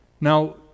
Now